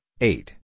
eight